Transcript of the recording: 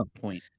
point